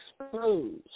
exposed